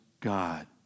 God